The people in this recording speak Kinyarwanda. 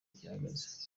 gihagaze